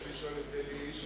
צריך לשאול את אלי ישי.